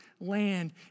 land